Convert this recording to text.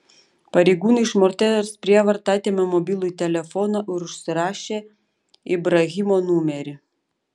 pareigūnai iš moters prievarta atėmė mobilųjį telefoną ir užsirašė ibrahimo numerį